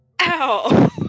Ow